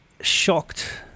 shocked